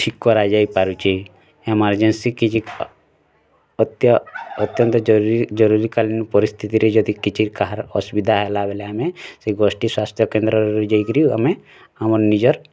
ଠିକ୍ କରା ଯାଇ ପାରୁଛି ଏମର୍ଜେନ୍ସି କିଛି ଅତ୍ୟନ୍ତ ଜରୁରୀ ଜରୁରୀ କାଲୀନ ପରିସ୍ଥିତି ରେ ଯଦି କିଛିର୍ କାହାର୍ ଅସୁବିଧା ହେଲା ବେଲେ ଆମେ ସେଇ ଗୋଷ୍ଠୀ ସ୍ୱାସ୍ଥ୍ୟ କେନ୍ଦ୍ର ରେ ଯାଇକିରି ଆମେ ଆମ ନିଜର୍